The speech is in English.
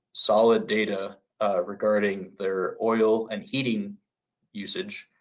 solid data regarding their oil and heating usage,